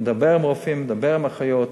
מדבר עם הרופאים, מדבר עם האחיות,